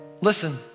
Listen